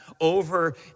over